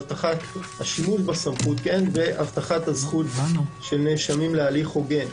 הבטחת השימוש בסמכות והבטחת הזכות של נאשמים להליך הוגן.